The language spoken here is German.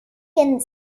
schengen